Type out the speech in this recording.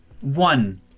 One